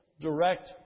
direct